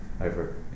over